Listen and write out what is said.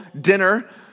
dinner